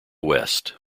west